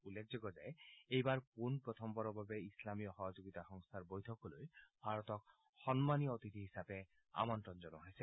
উল্লেখযোগ্য যে এইবাৰ পোনপ্ৰথমবাৰৰ বাবে ইছলামীয় সহযোগিতা সংস্থাৰ বৈঠকলৈ ভাৰতক সন্মানীয় অতিথি হিচাপে আমন্ত্ৰণ জনোৱা হৈছে